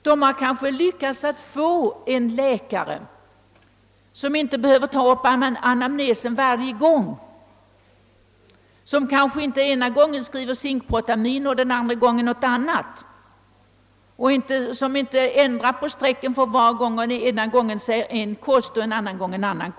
De har måhända lyckats få en läkare som inte behöver ta upp anamnesen varje gång, som kanske inte den ena gången skriver zinkprotamin och den andra gången något annat, som inte ändrar insulindosen varje gång och som inte den ena gången föreskriver en kost och nästa gång en annan.